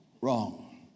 wrong